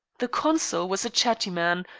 the consul was a chatty man,